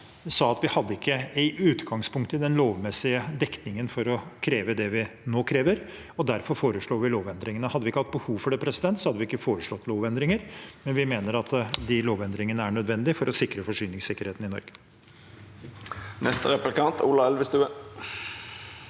sa at vi i utgangspunktet ikke hadde den lovmessige dekningen for å kreve det vi nå krever, og derfor foreslår vi lovendringene. Hadde vi ikke hatt behov for det, hadde vi ikke foreslått lovendringer, men vi mener at de lovendringene er nødvendige for å sikre forsyningssikkerheten i Norge.